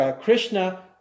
Krishna